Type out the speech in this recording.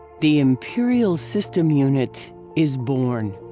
the imperial system unit is born.